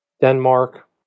Denmark